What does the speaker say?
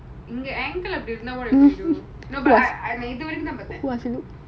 இது வரைக்கும் தான் பதன்:ithu varaikum thaan pathan no I never